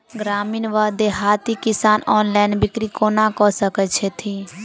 ग्रामीण वा देहाती किसान ऑनलाइन बिक्री कोना कऽ सकै छैथि?